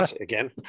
Again